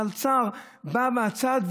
המלצר בא מהצד,